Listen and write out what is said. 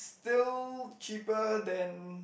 still cheaper than